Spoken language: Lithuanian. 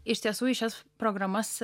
iš tiesų į šias programas